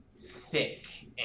thick